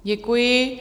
Děkuji.